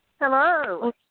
Hello